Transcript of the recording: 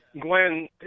Glenn